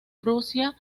prusia